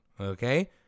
okay